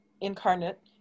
incarnate